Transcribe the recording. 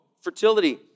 fertility